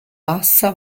bassa